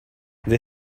they